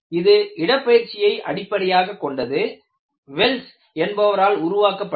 இது இடப்பெயர்ச்சியை அடிப்படையாகக் கொண்டது வெல்ஸ் என்பவரால் உருவாக்கப்பட்டது